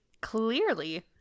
Clearly